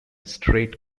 straight